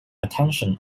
attention